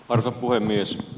arvoisa puhemies